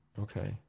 Okay